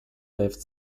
lived